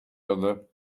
other